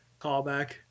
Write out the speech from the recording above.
callback